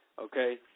okay